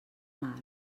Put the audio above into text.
mar